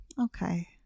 Okay